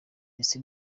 ese